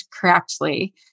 correctly